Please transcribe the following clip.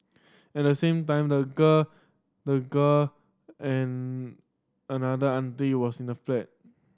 at the same time the girl the girl and another anti was in the flat